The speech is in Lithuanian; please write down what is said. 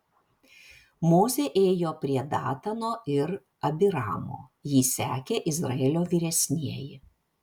mozė ėjo prie datano ir abiramo jį sekė izraelio vyresnieji